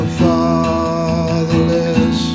fatherless